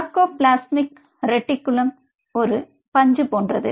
sarcoplasmic reticulum ஒரு பஞ்சு போன்றது